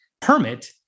permit